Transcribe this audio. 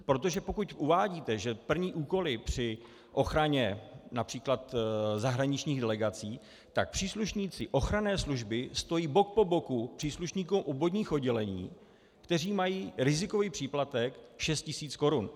Protože pokud uvádíte, že plní úkoly při ochraně například zahraničních delegací, tak příslušníci ochranné služby stojí bok po boku příslušníkům obvodních oddělení, kteří mají rizikový příplatek 6 tisíc korun.